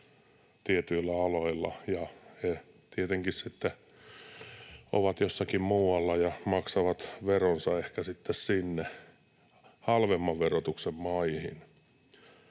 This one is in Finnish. tietyillä aloilla, ja he tietenkin sitten ovat jossakin muualla ja maksavat veronsa ehkä sinne halvemman verotuksen maihin.